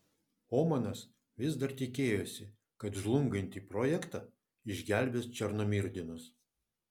omanas vis dar tikėjosi kad žlungantį projektą išgelbės černomyrdinas